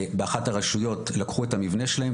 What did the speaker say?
באחת הרשויות לקחו את המבנה שלהם,